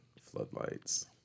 floodlights